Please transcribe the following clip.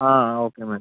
ആ ഓക്കെ എന്നാൽ